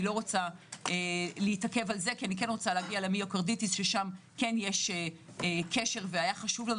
אני רוצה להגיע למיוקרדיטיס ששם יש כשל והיה חשוב לנו